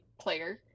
player